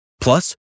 Plus